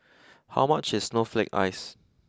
how much is snowflake ice